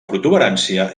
protuberància